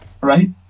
Right